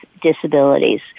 disabilities